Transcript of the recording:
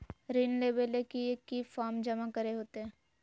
ऋण लेबे ले की की फॉर्म जमा करे होते?